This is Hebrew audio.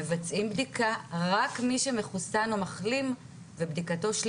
מבצעים בדיקה ורק מי שמחוסן או מחלים ותוצאת בדיקתו היא